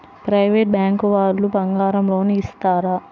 Private bank వాళ్ళు బంగారం loan ఇస్తారా?